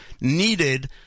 needed